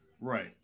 right